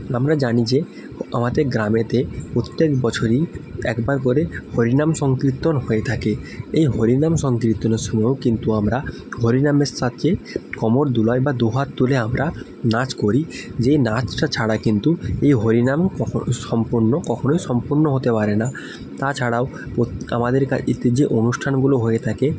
আমরা জানি যে আমাদের গ্রামেতে প্রত্যেক বছরই একবার করে হরিনাম সংকীর্তন হয়ে থাকে এই হরিনাম সংকীর্তনের সময়ও কিন্তু আমরা হরিনামের সাথে কোমর দুলাই বা দু হাত তুলে আমরা নাচ করি যেই নাচটা ছাড়া কিন্তু এই হরিনাম কখনো সম্পন্ন কখনোই সম্পন্ন হতে পারে না তাছাড়াও প্র আমাদের এখানে এত যে অনুষ্ঠানগুলো হয়ে থাকে